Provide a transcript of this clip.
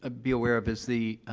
ah be aware of is, the, ah,